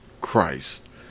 Christ